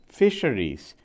fisheries